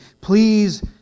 Please